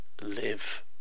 live